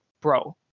bro